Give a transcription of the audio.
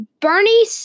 Bernie